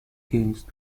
against